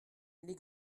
les